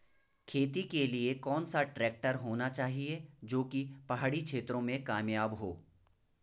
खेती के लिए कौन सा ट्रैक्टर होना चाहिए जो की पहाड़ी क्षेत्रों में कामयाब हो?